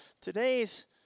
Today's